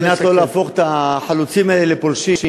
על מנת לא להפוך את החלוצים האלה לפולשים,